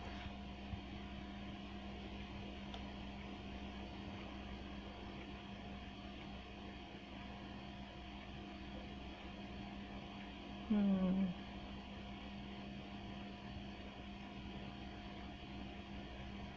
um